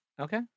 Okay